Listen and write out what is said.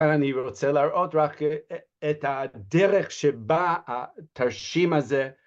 אני רוצה להראות רק את הדרך שבה התרשים הזה